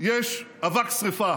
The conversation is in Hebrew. יש אבק שרפה,